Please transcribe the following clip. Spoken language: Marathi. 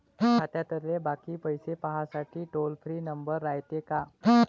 खात्यातले बाकी पैसे पाहासाठी टोल फ्री नंबर रायते का?